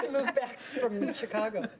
move back from chicago.